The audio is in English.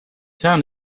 town